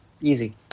easy